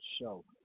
show